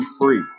free